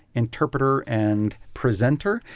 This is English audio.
interpreter and presenter,